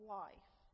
life